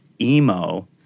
emo